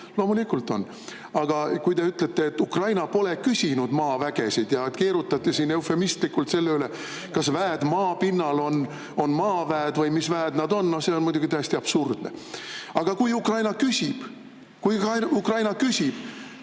loomulikult on. Aga kui te ütlete, et Ukraina pole küsinud maavägesid, ja keerutate siin eufemistlikult selle ümber, kas väed maapinnal on maaväed või mis väed nad on – no see on muidugi täiesti absurdne. Aga kui Ukraina küsib, kui Ukraina küsibki,